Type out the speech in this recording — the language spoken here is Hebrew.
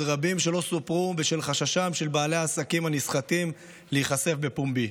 רבים שלא סופרו בשל חששם של בעלי העסקים הנסחטים להיחשף בפומבי.